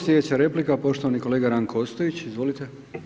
Slijedeća replika poštovani kolega Ranko Ostojić, izvolite.